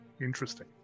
Interesting